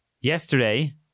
Yesterday